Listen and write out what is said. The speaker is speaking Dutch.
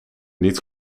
niet